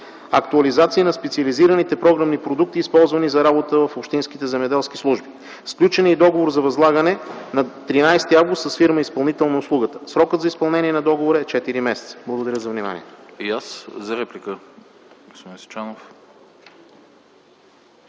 актуализация на специализираните програмни продукти, използвани за работа в общинските земеделски служби. Сключен е и договор за възлагане на 13 август т.г. с фирма-изпълнител на услугата. Срокът за изпълнение на договора е четири месеца. Благодаря.